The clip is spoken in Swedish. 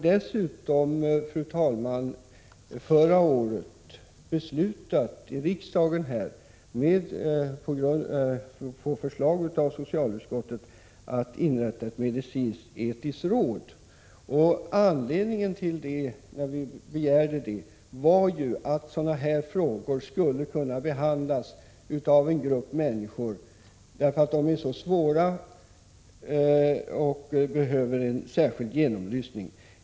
Dessutom har vi förra året här i riksdagen på förslag av socialutskottet beslutat att inrätta ett medicinskt-etiskt råd. Anledningen till att vi begärde det var att sådana här frågor borde övervägas av en grupp människor därför att de är så svåra och behöver en särskild genomlysning.